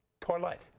toilet